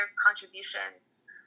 contributions